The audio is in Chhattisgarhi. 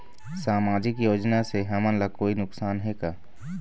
सामाजिक योजना से हमन ला कोई नुकसान हे का?